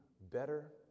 better